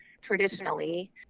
traditionally